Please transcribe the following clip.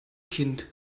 kind